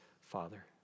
Father